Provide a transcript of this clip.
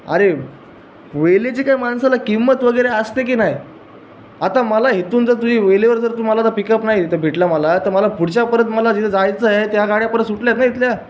अरे वेळेची काही माणसाला किंमत वगैरे असते की नाही आता मला इथून जर तुझी वेळेवर जर तू मला आता पिकप नाही इथं भेटला मला तर मला पुढच्या परत मला जिथं जायचं आहे त्या गाड्या परत सुटल्यात रे इथल्या